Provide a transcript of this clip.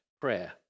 prayer